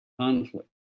conflict